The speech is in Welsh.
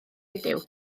ydyw